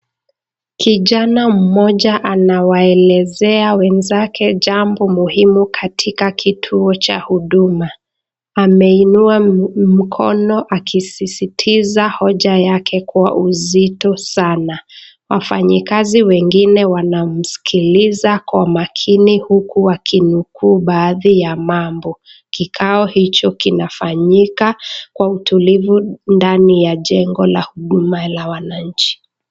Kijana mmoja anawaelezea wenzake jambo muhimu katika kituo cha huduma. Ameinua mkono akisisitiza hoja yake kwao kwa uzito sanaa. Wafanyikazi wengine wanamsikiliza kwa makini huku wakinukuu baadhi ya mambo. Kikao hicho kinafanyika kwa utulivu ndani ya jengo la huduma la wananchi.